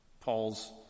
Paul's